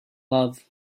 love